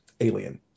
Alien